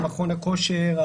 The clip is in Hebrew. מכון הכושר,